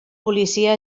policia